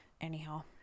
Anyhow